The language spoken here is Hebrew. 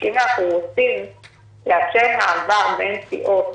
רק היא נועדה למצבים מאוד מסוימים.